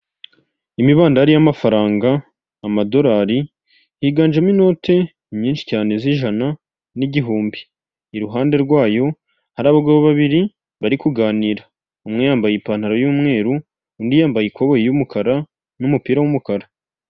Utubati twiza dushyashya bari gusiga amarangi ukaba wadukoresha ubikamo ibintu yaba imyenda, ndetse n'imitako.